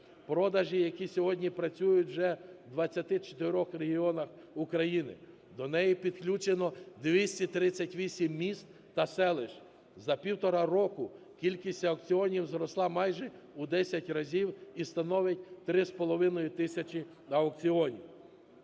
Продажі, які сьогодні працюють вже в 24 регіонах України, до неї підключено 238 міст та селищ. За півтора року кількість аукціонів зросла майже в 10 разів і становить 3,5 тисячі аукціонів.